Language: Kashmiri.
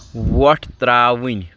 وۄٹھ ترٛاوٕنۍ